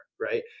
Right